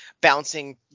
bouncing